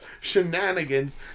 shenanigans